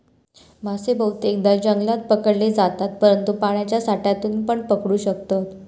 मासे बहुतेकदां जंगलात पकडले जातत, परंतु पाण्याच्या साठ्यातूनपण पकडू शकतत